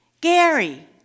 Gary